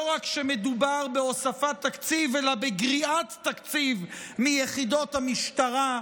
רק שלא מדובר בהוספת תקציב אלא בגריעת תקציב מיחידות המשטרה,